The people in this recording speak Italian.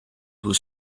due